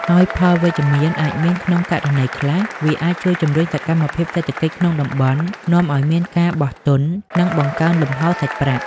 ហើយផលវិជ្ជមានអាចមាន ក្នុងករណីខ្លះ វាអាចជួយជំរុញសកម្មភាពសេដ្ឋកិច្ចក្នុងតំបន់ នាំឲ្យមានការបោះទុន និងបង្កើនលំហូរសាច់ប្រាក់។